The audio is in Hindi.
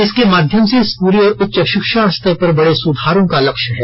इसके माध्यम से स्कूली और उच्च शिक्षा स्तर पर बडे सुधारों का लक्ष्य है